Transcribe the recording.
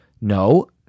No